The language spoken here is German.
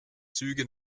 züge